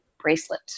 bracelet